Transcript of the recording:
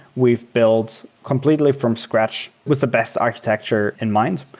we've build completely from scratch with the best architecture in mind.